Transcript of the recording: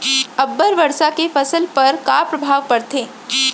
अब्बड़ वर्षा के फसल पर का प्रभाव परथे?